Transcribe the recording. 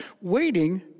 waiting